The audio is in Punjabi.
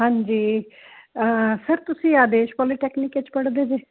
ਹਾਂਜੀ ਸਰ ਤੁਸੀਂ ਆਦੇਸ਼ ਪੋਲੀਟੈਕਨਿਕ ਵਿਚ ਪੜਦੇ ਤੇ